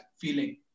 feeling